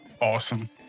awesome